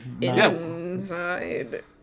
inside